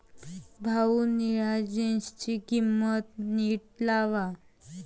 भाऊ, निळ्या जीन्सची किंमत नीट लावा